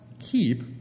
keep